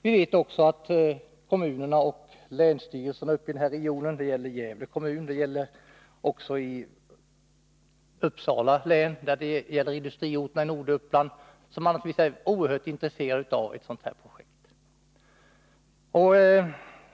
Vi vet också att kommunerna och länsstyrelserna i berörda regioner — bl.a. Gävle kommun, Uppsala län och industriorterna i Norduppland — är mycket intresserade av ett sådant här projekt.